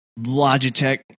Logitech